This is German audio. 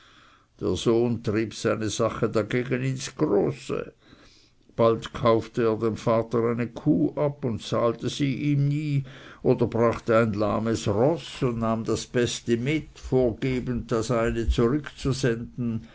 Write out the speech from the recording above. der sohn trieb seine sache dagegen ins große bald kaufte er dem vater eine kuh ab und zahlte sie ihm nie oder brachte ein lahmes roß und nahm das beste mit vorgebend das eine zurückzusenden